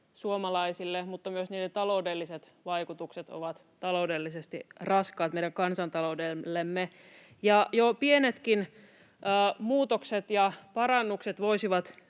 suomalaisille, mutta myös niiden taloudelliset vaikutukset ovat raskaat meidän kansantaloudellemme. Ja jo pienetkin muutokset ja parannukset voisivat